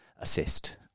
assist